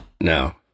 No